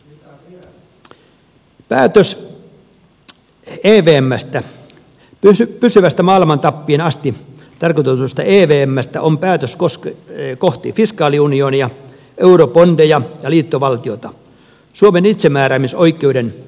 päätös evmstä pysyvästä maailman tappiin asti tarkoitetusta evmstä on päätös kohti fiskaaliunionia eurobondeja ja liittovaltiota suomen itsemääräämisoikeuden kustannuksella